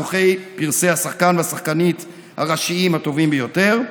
זוכי פרסי השחקן והשחקנית הראשיים הטובים ביותר,